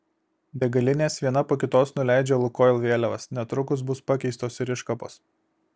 degalinės viena po kitos nuleidžia lukoil vėliavas netrukus bus pakeistos ir iškabos